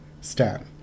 stand